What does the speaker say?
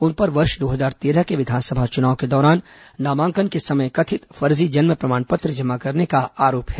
उन पर वर्ष दो हजार तेरह के विधानसभा चुनाव के दौरान नामांकन के समय कथित फर्जी जन्म प्रमाण पत्र जमा करने का आरोप है